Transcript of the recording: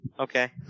okay